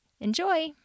Enjoy